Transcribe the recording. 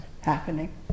happening